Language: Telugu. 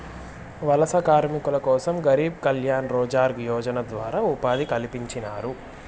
వలస కార్మికుల కోసం గరీబ్ కళ్యాణ్ రోజ్గార్ యోజన ద్వారా ఉపాధి కల్పించినారు